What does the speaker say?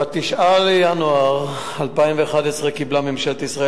ב-9 בינואר 2011 קיבלה ממשלת ישראל